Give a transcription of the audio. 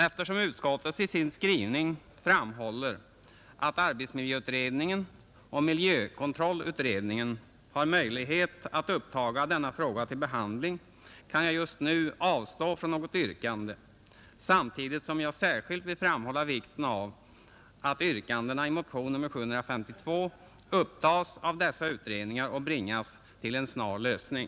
Eftersom utskottet i sin skrivning framhåller att arbetsmiljöutredningen och miljökontrollutredningen har möjlighet att uppta denna fråga till behandling kan jag just nu avstå från något yrkande samtidigt som jag särskilt vill framhålla vikten av att yrkandena i motionen 752 upptas av dessa utredningar och bringas till en snar lösning.